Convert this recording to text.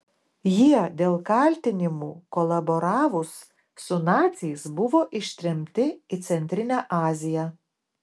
jie dėl kaltinimų kolaboravus su naciais buvo ištremti į centrinę aziją